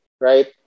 Right